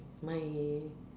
my